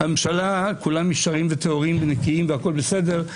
בממשלה כולם ישרים וטהורים ונקיים והכול בסדר,